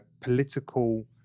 political